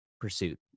pursuit